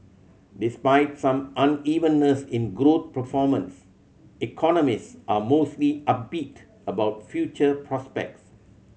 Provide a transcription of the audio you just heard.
despite some unevenness in growth performance economist are mostly upbeat about future prospects